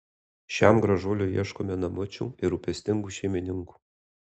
šiam gražuoliui ieškome namučių ir rūpestingų šeimininkų